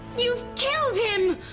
you've killed him!